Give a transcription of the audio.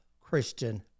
Christian